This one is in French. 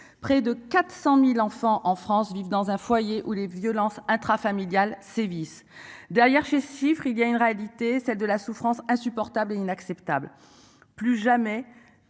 Près de 400.000 enfants en France vivent dans un foyer où les violences intrafamiliales sévissent derrière chiffre il y a une réalité, celle de la souffrance insupportable et inacceptable. Plus jamais,